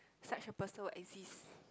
such a person will exist